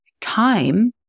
time